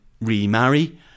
remarry